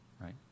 right